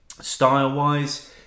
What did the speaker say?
style-wise